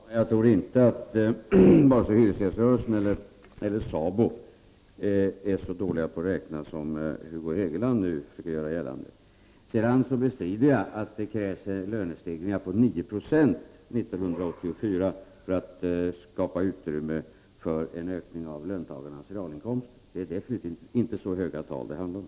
Herr talman! Jag tror inte att vare sig hyresgäströrelsen eller SABO är så dåliga på att räkna som Hugo Hegeland nu försöker göra gällande. Jag bestrider att det krävs lönestegringar på 9 90 1984 för att skapa utrymme för en ökning av löntagarnas realinkomster. Det är definitivt inte så höga tal det handlar om.